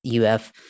UF